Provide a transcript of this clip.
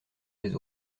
les